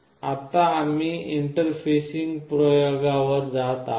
आता आम्ही इंटरफेसिंग प्रयोगांवर जात आहोत